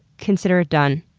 consider it done.